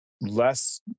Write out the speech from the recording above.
less